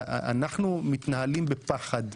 אנחנו מתנהלים בפחד.